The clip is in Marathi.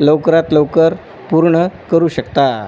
लवकरात लवकर पूर्ण करू शकता